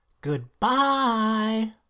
goodbye